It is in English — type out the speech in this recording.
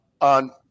on